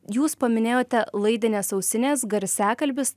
jūs paminėjote laidinės ausinės garsiakalbis